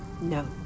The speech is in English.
No